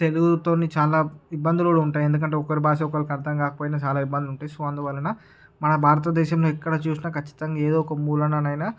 తెలుగుతోని చాలా ఇబ్బంది కూడ ఉంటాయి ఎందుకంటే ఒకరి భాష ఒకరికి అర్దం కాకపోయినా చాలా ఇబ్బందులు ఉంటాయి సో అందువలన మన భారత దేశంలో ఎక్కడ చూసిన ఖచ్చితంగా ఏదొక మూలన అయిన